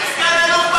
אתה סגן-אלוף בצבא.